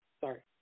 sorry